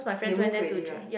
they move already right